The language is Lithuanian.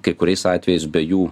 kai kuriais atvejais be jų